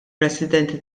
residenti